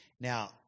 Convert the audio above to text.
Now